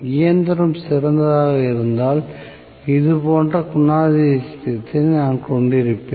இயந்திரம் சிறந்ததாக இருந்திருந்தால் இது போன்ற குணாதிசயத்தை நான் கொண்டிருந்திருப்பேன்